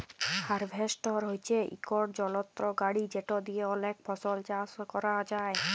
harvester হছে ইকট যলত্র গাড়ি যেট দিঁয়ে অলেক ফসল চাষ ক্যরা যায়